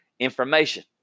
Information